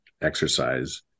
exercise